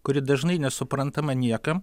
kuri dažnai nesuprantama niekam